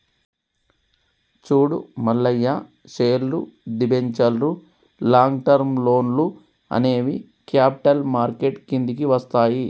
చూడు మల్లయ్య పేర్లు, దిబెంచర్లు లాంగ్ టర్మ్ లోన్లు అనేవి క్యాపిటల్ మార్కెట్ కిందికి వస్తాయి